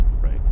right